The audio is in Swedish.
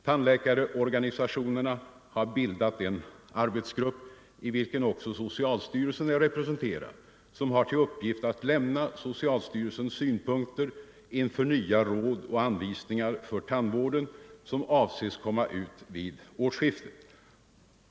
Tandläkarorganisationerna har bildat en arbetsgrupp, i vilken också socialstyrelsen är representerad, som har till uppgift att lämna socialstyrelsen synpunkter inför de nya råd och anvisningar för tandvården som avses komma ut vid årsskiftet.